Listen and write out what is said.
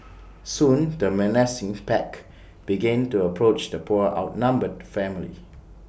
soon the menacing pack began to approach the poor outnumbered family